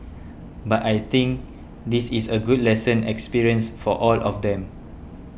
but I think this is a good lesson experience for all of them